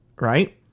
right